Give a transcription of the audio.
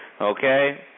Okay